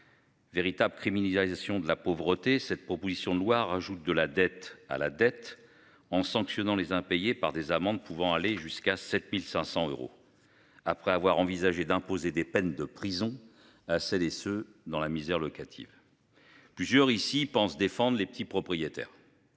Véritables criminalisation de la pauvreté. Cette proposition de loi rajoute de la dette à la dette en sanctionnant les impayés par des amendes pouvant aller jusqu'à 7500 euros. Après avoir envisagé d'imposer des peines de prison à celles et ceux dans la misère locative. Plusieurs ici pensent défendent les petits propriétaires.